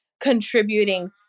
contributing